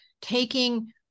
taking